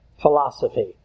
philosophy